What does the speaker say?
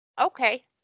Okay